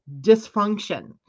dysfunction